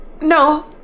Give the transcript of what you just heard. No